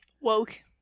Woke